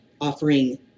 offering